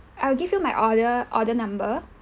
I'll give you my order order number